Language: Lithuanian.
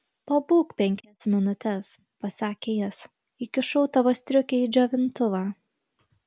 pabūk penkias minutes pasakė jis įkišau tavo striukę į džiovintuvą